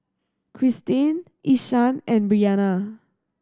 Christene Ishaan and Bryanna